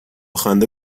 خنده